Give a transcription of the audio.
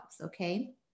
Okay